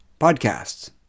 podcasts